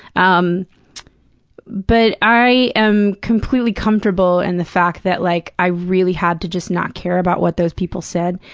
um but i am completely comfortable in the fact that, like, i really had to just not care about what those people said.